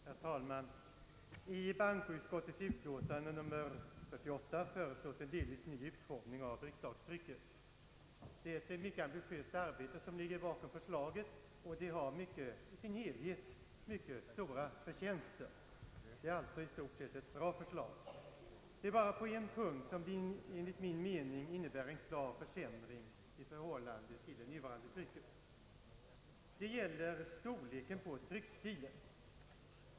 Herr talman! I bankoutskottets utlåtande nr 48 föreslås en delvis ny utformning av riksdagstrycket. Det är ett mycket ambitiöst arbete som ligger bakom förslaget, och det har i sin helhet stora förtjänster. I stort sett är det alltså ett bra förslag. Det är bara på en punkt som förslaget enligt min mening innebär en klar försämring i förhållande till nuvarande tryck. Det gäller storleken på tryckstilen.